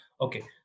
okay